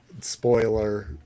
spoiler